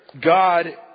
God